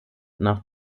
nach